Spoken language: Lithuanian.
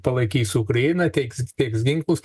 palaikys ukrainą teiks teiks ginklus